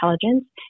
intelligence